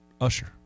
Usher